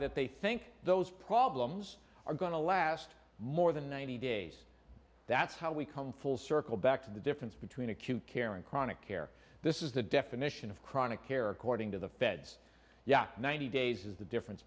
that they think those problems are going to last more than ninety days that's how we come full circle back to the difference between acute care and chronic care this is the definition of chronic care according to the feds yet ninety days is the difference